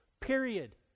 period